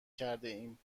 کردهایم